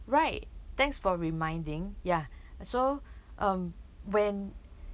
right thanks for reminding ya so um when